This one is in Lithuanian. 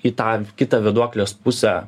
į tą kitą vėduoklės pusę